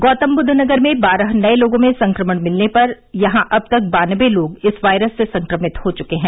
गौतमबुद्ध नगर में बारह नए लोगों में संक्रमण मिलने पर यहां अब तक बानबे लोग इस वायरस से संक्रमित हो च्के हैं